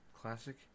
classic